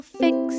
fix